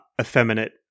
effeminate